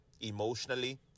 emotionally